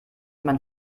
mein